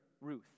Ruth